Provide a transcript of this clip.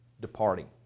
departing